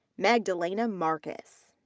magdalena marcus.